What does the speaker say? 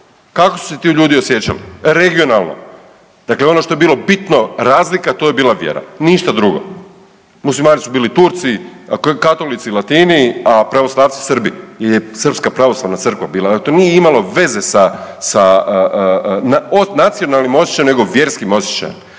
Kako su se ti ljudi osjećali? Regionalno, dakle ono što je bilo bitno razlika to je bila vjera, ništa drugo. Muslimani su bili Turci, katolici Latini, a pravoslavci Srbi jer je Srpska pravoslavna crkva bila, to nije imalo veze sa nacionalnim osjećajem nego vjerskim osjećajem.